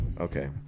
okay